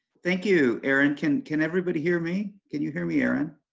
thank you, erin. can can everybody hear me, can you hear me erin?